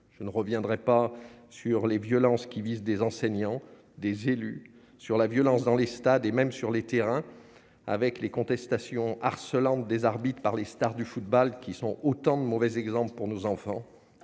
je ne reviendrai pas sur les violences qui vise des enseignants, des élus sur la violence dans les stades et même sur les terrains avec les contestations harcelant des arbitres par les Stars du football qui sont autant de mauvais exemple pour nos enfants